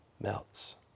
melts